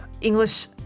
English